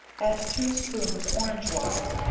add two spoons orange water,